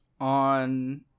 on